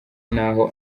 n’aho